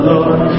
Lord